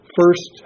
first